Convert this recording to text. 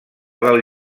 del